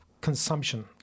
consumption